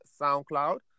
SoundCloud